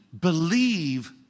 believe